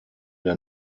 der